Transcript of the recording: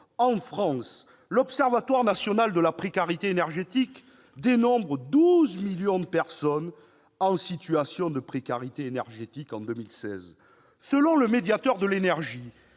En France, l'Observatoire national de la précarité énergétique dénombrait 12 millions de personnes en situation de précarité énergétique en 2016. Selon le médiateur de l'énergie,